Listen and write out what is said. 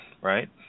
right